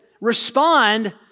respond